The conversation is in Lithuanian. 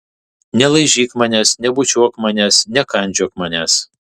nelaižyk manęs nebučiuok manęs nekandžiok manęs